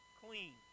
clean